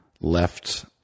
left